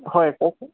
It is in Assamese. হয়